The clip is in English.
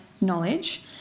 knowledge